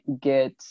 get